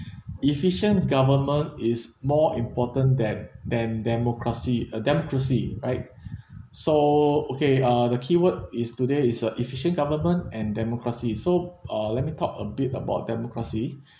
efficient government is more important that than democracy a democracy right so okay ah the keyword is today is a efficient government and democracy so uh let me talk a bit about democracy